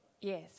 Yes